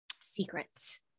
Secrets